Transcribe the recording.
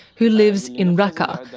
who lives in raqqa,